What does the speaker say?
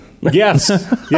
Yes